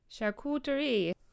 charcuterie